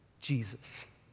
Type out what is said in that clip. Jesus